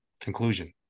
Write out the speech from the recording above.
conclusion